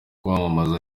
kwamamaza